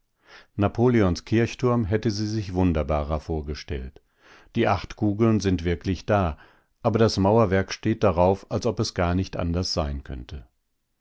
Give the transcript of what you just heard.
napoleons kirchturm hätte sie sich wunderbarer vorgestellt die acht kugeln sind wirklich da aber das mauerwerk steht darauf als ob es gar nicht anders sein könnte